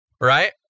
right